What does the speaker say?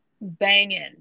banging